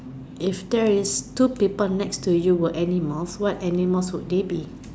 if there is two people next to you were animals what animals would they be